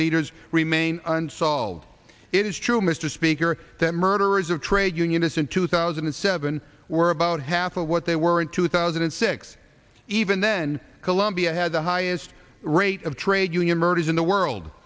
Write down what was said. leaders remain unsolved it is true mr speaker that murderers of trade unionists in two thousand and seven were about half of what they were in two thousand and six even then colombia had the highest rate of trade union murders in the world